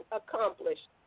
accomplished